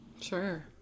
sure